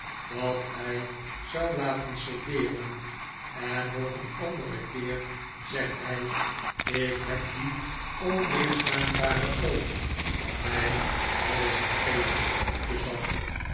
dat hij zou laten soldeeren en nog een anderen keer zegt hij ik heb dien onweerstaanbaren oom van mij alles gegeven wat ik bezat